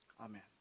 Amen